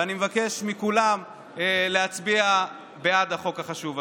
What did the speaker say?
ואני מבקש מכולם להצביע בעד החוק החשוב הזה.